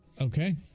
Okay